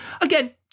Again